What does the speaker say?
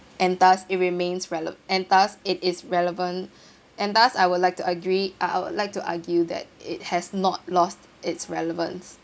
and thus it remains rele~ and thus it is relevant and thus I would like to agree uh I would like to argue that it has not lost its relevance